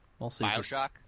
Bioshock